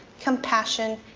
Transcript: compassion,